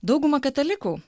dauguma katalikų